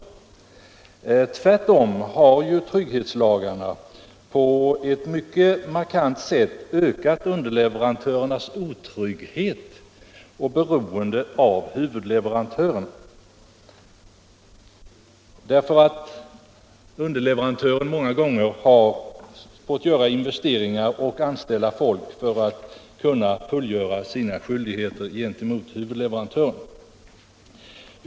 Men tvärtom har trygghetslagarna på ett markant sätt ökat underleverantörernas otrygghet och beroende av huvudleverantörerna, därför att underleverantörerna många gånger har fått göra investeringar och anställa folk för att kunna fullgöra sina skyldigheter gentemot huvudleverantören.